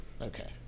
Okay